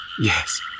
Yes